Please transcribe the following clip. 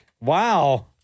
Wow